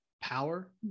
Power